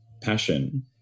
passion